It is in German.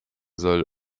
soll